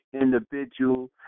individual